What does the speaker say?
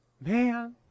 Man